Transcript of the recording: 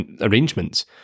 arrangements